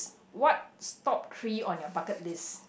what's top three on your bucket list